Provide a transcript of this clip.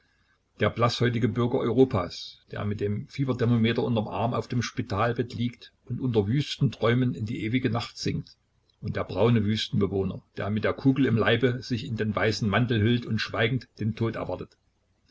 der blaßhäutige bürger europas der mit dem fieberthermometer unterm arm auf dem spitalbett liegt und unter wüsten träumen in die ewige nacht sinkt und der braune wüstenbewohner der mit der kugel im leibe sich in den weißen mantel hüllt und schweigend den tod erwartet